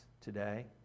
today